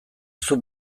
zuk